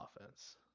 offense